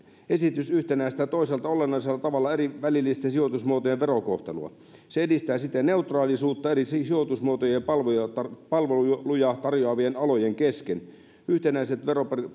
esitys yhtenäistää toisaalta olennaisella tavalla eri välillisten sijoitusmuotojen verokohtelua se edistää siten neutraalisuutta eri sijoitusmuotojen ja palveluja tarjoavien alojen kesken yhtenäiset